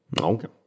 Okay